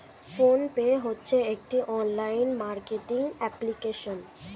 phone pay হচ্ছে একটি online marketing application